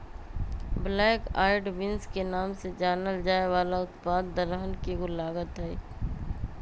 black eyed beans के नाम से जानल जाये वाला उत्पाद दलहन के एगो लागत हई